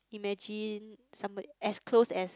imagine somebody as close as